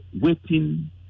waiting